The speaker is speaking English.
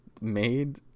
made